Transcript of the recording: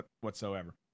whatsoever